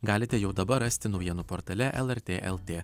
galite jau dabar rasti naujienų portale lrt lt